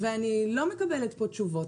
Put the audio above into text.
אני לא מקבלת פה תשובות.